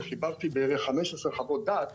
וחיברתי בערך 15 חוות דעת